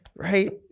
right